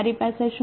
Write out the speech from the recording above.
મારી પાસે શું છે